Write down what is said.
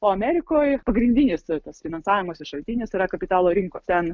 o amerikoj pagrindinis tas finansavimosi šaltinis yra kapitalo rinkų ten